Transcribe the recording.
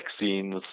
vaccines